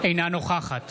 אינה נוכחת